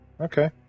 Okay